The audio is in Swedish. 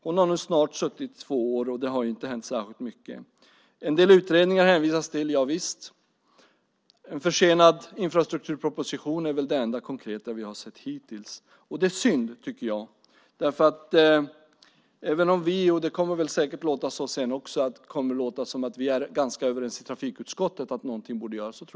Hon har snart suttit i två år, och det har inte hänt särskilt mycket. Det hänvisas till en del utredningar. En försenad infrastrukturproposition är väl det enda konkreta vi har sett hittills. Jag tycker att det är synd. Vi är ganska överens i trafikutskottet om att någonting borde göras, och det kommer säkert att låta så sedan också.